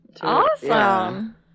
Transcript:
Awesome